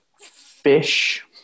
fish